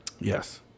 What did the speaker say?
Yes